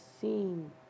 seen